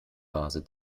vase